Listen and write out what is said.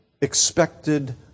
expected